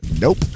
Nope